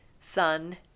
Sun